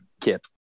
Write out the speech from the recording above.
kit